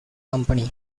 company